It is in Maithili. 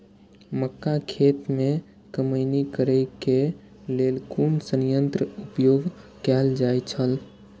मक्का खेत में कमौनी करेय केय लेल कुन संयंत्र उपयोग कैल जाए छल?